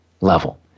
level